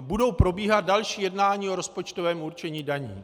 budou probíhat další jednání o rozpočtovém určení daní.